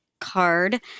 card